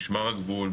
משמר הגבול,